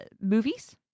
movies